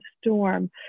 storm